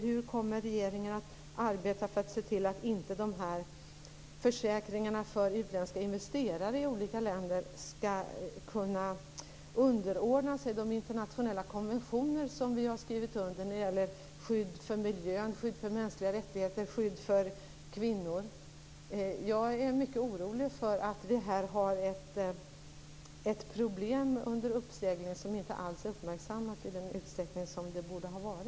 Hur kommer regeringen att arbeta för att dessa försäkringar för utländska investerare i olika länder skall kunna underordna sig de internationella konventioner som vi har skrivit under när det gäller skydd för miljön, skydd för mänskliga rättigheter och skydd för kvinnor? Jag är mycket orolig för att vi här har ett problem under uppsegling som inte alls är uppmärksammat i den utsträckning som det borde vara.